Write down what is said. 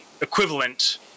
equivalent